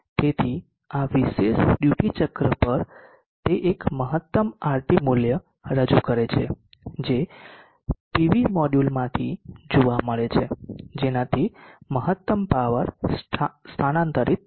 તેથી આ વિશેષ ડ્યુટી ચક્ર પર તે એક મહત્તમ RT મૂલ્ય રજૂ કરે છે જે પીટી મોડ્યુલમાંથી જોવા મળે છે જેનાથી મહત્તમ પાવર સ્થાનાંતરિત થાય છે